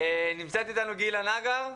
האם גילה נגר,